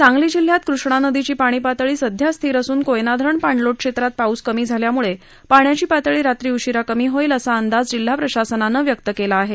सांगली जिल्ह्यात कृष्णा नदीची पाणीपातळी सध्या स्थिर असून कोयना धरण पाणलोट क्षेत्रात पाऊस कमी झाल्याम्ळं पाण्याची पातळी रात्री उशिरा कमी होईल असा अंदाज जिल्हा प्रशासनानं व्यक्त केला आहे